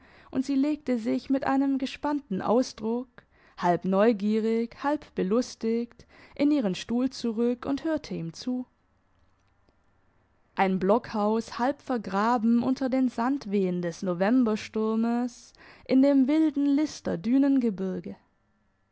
und sie legte sich mit einem gespannten ausdruck halb neugierig halb belustigt in ihren stuhl zurück und hörte ihm zu ein blockhaus halb vergraben unter den sandwehen des novembersturmes in dem wilden